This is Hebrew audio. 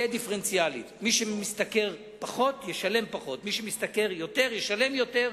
דיפרנציאלית: מי שמשתכר פחות ישלם פחות ומי שמשתכר יותר ישלם יותר.